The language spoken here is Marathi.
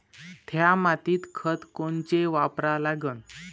थ्या मातीत खतं कोनचे वापरा लागन?